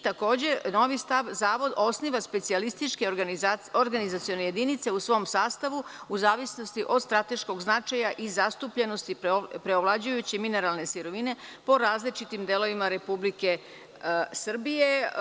Takođe novi stav – Zavod osniva specijalističke organizacione jedinice u svom sastavu u zavisnosti od strateškog značaja i zastupljenosti, preovlađujući mineralne sirovine po različitim delovima Republike Srbije.